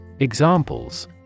Examples